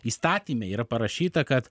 įstatyme yra parašyta kad